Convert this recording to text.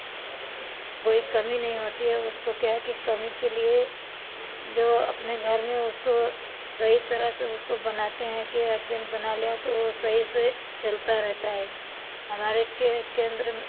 कोई कमी नहीं होती है उसको क्या है कि कमी के लिए जो अपने घर में उसको सही तरह से उसको बनाते हैं कि अर्जेंट बना लिया हो कि वह सही से चलता रहता है हमारे के केंद्र में